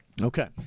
Okay